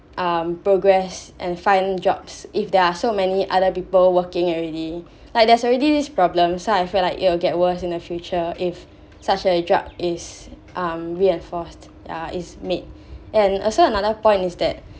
um progress and find jobs if there are so many other people working already like there's already this problem so I feel like it will get worse in the future if such as drug is um reinforced ya is made and also another point is that